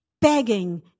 begging